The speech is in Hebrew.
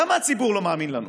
למה הציבור לא מאמין לנו?